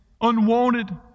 unwanted